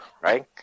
right